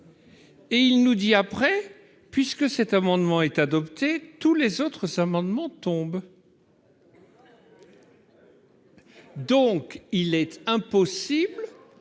et il nous dit après puisque cet amendement est adopté, tous les autres amendements tombe. Donc il est impossible,